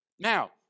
Now